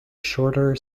shorter